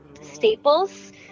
Staples